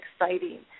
exciting